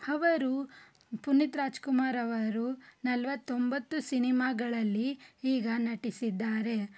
ಅವರು ಪುನೀತ್ ರಾಜ್ಕುಮಾರ್ ಅವರು ನಲ್ವತ್ತೊಂಬತ್ತು ಸಿನಿಮಾಗಳಲ್ಲಿ ಈಗ ನಟಿಸಿದ್ದಾರೆ